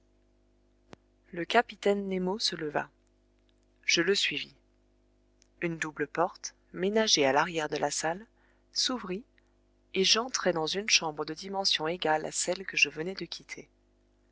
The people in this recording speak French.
le capitaine nemo se leva je le suivis une double porte ménagée à l'arrière de la salle s'ouvrit et j'entrai dans une chambre de dimension égale à celle que je venais de quitter